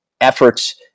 efforts